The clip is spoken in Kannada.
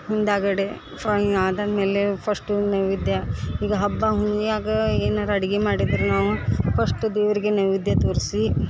ಮುಂದುಗಡೆ ಫಯ್ ಆದಮೇಲೆ ಫಶ್ಟು ನೈವೇದ್ಯ ಈಗ ಹಬ್ಬ ಹುಣ್ಣಿಮ್ಯಾಗ ಏನಾರೂ ಅಡ್ಗೆ ಮಾಡಿದ್ರೆ ನಾವು ಫಶ್ಟ್ ದೇವರಿಗೆ ನೈವೇದ್ಯ ತೋರಿಸಿ